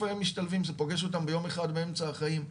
זה פוגש אותם ביום אחד באמצע החיים.